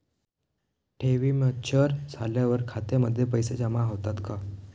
ठेवी मॅच्युअर झाल्यावर खात्यामध्ये पैसे जमा होतात का?